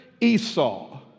Esau